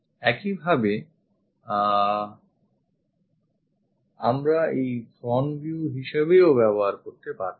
একইভাবে আমরা এই দিকে front view হিসেবেও ব্যবহার করতে পারতাম